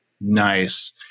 Nice